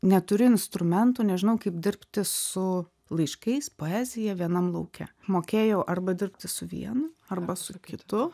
neturiu instrumentų nežinau kaip dirbti su laiškais poezija vienam lauke mokėjau arba dirbti su vienu arba su kitu